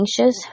anxious